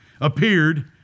appeared